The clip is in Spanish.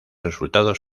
resultados